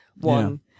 one